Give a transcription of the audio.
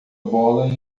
bola